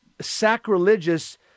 sacrilegious